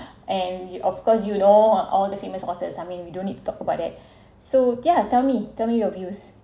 and of course you know all the famous authors I mean we don't need to talk about that so yeah tell me tell me your views